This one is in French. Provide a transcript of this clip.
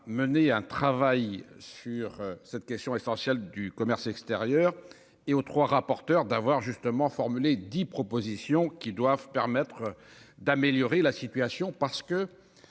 mené un travail sur cette question essentielle du commerce extérieur et aux 3 rapporteur d'avoir justement formulé 10 propositions qui doivent permettre. D'améliorer la situation parce que